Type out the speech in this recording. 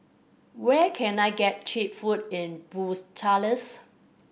where can I get cheap food in Bucharest